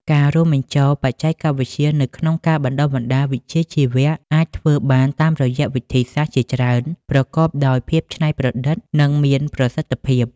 ការរួមបញ្ចូលបច្ចេកវិទ្យានៅក្នុងការបណ្តុះបណ្តាលវិជ្ជាជីវៈអាចធ្វើបានតាមរយៈវិធីសាស្ត្រជាច្រើនប្រកបដោយភាពច្នៃប្រឌិតនិងមានប្រសិទ្ធភាព។